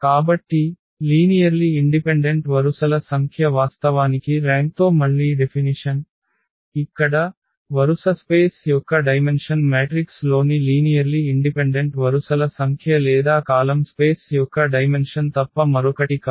కాబట్టి linearly independent వరుసల సంఖ్య వాస్తవానికి ర్యాంక్తో మళ్ళీ డెఫినిషన్ ఇక్కడ వరుస స్పేస్ యొక్క డైమెన్షన్ మ్యాట్రిక్స్ లోని లీనియర్లి ఇండిపెండెంట్ వరుసల సంఖ్య లేదా కాలమ్ స్పేస్ యొక్క డైమెన్షన్ తప్ప మరొకటి కాదు